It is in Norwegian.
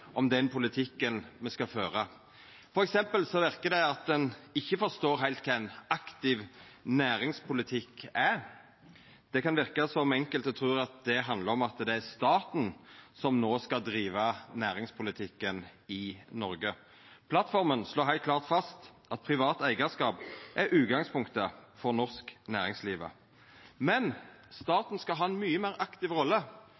om den politikken me skal føra. For eksempel verkar det som om ein ikkje heilt forstår kva ein aktiv næringspolitikk er. Det kan verka som om enkelte trur at det handlar om at det er staten som no skal driva næringspolitikken i Noreg. Plattforma slår heilt klart fast at privat eigarskap er utgangspunktet for det norske næringslivet, men staten skal ha ei mykje meir aktiv rolle